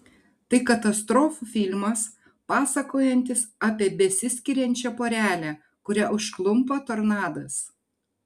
tai katastrofų filmas pasakojantis apie besiskiriančią porelę kurią užklumpa tornadas